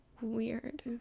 weird